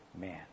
man